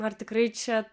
ar tikrai čia